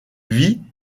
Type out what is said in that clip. vit